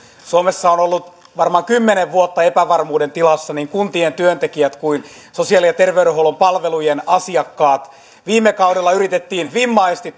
suomessa ovat olleet varmaan kymmenen vuotta epävarmuuden tilassa niin kuntien työntekijät kuin sosiaali ja terveydenhuollon palvelujen asiakkaat viime kaudella yritettiin vimmaisesti